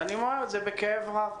ואני אומר את זה בכאב רב.